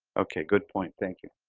ok, good point. thank you.